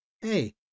Hey